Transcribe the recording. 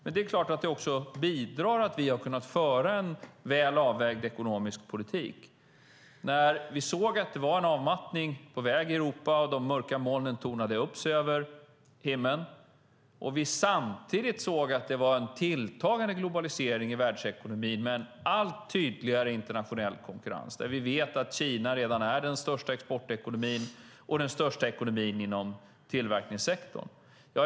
Men det är klart att det också bidrar att vi har kunnat föra en väl avvägd ekonomisk politik. När vi såg att det var en avmattning på väg i Europa och de mörka molnen tornade upp sig över himlen såg vi samtidigt att det var en tilltagande globalisering i världsekonomin med en allt tydligare internationell konkurrens. Vi vet att Kina redan är den största exportekonomin och den största ekonomin inom tillverkningssektorn.